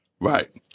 Right